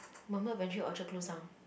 Orchard closed down